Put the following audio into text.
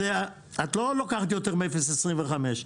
את לא לוקחת יותר מ-0.25%.